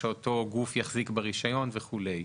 שאותו גוף יחזיק ברישיון וכולי.